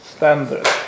Standard